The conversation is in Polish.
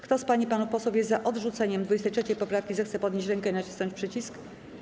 Kto z pań i panów posłów jest za odrzuceniem 23. poprawki, zechce podnieść rękę i nacisnąć przycisk.